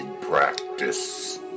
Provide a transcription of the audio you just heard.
practice